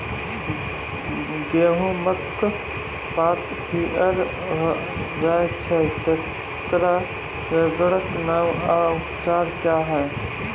गेहूँमक पात पीअर भअ जायत छै, तेकरा रोगऽक नाम आ उपचार क्या है?